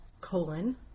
colon